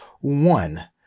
one